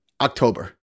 October